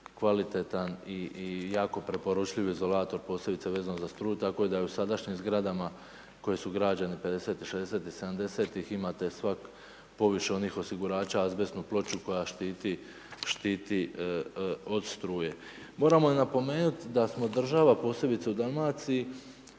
kvalitetan i jako preporučljiv izolator posebice vezano za struju. Tako da je u sadašnjim zgradama koje su građene 50-tih i 60-tih, 70-tih imate poviše onih osigurača azbestnu ploču koja štiti od struje. Moramo i napomenuti da smo država posebice u Dalmaciji